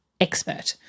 expert